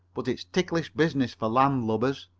but it's ticklish business for land-lubbers.